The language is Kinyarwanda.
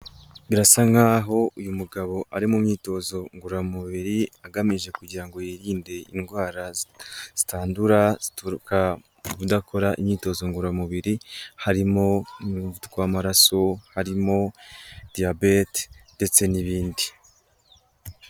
Birasa nk'aho uyu mugabo ari mu myitozo ngororamubiri, agamije kugira ngo yirinde indwara zitandura, zituruka ku kudakora imyitozo ngororamubiri, harimo umuvuduko w'amaraso, harimo diyabete ndetse n'ibindi.